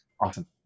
Awesome